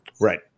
Right